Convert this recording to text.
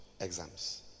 exams